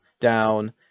down